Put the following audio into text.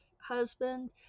husband